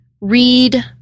read